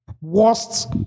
worst